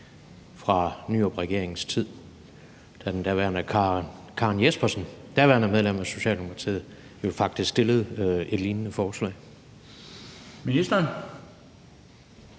fra Nyrupregeringens tid, da Karen Jespersen som daværende medlem af Socialdemokratiet stillede et lignende forslag. Kl.